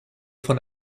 von